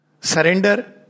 Surrender